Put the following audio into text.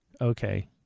okay